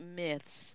myths